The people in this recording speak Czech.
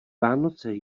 vánoce